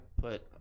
put